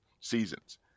seasons